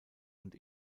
und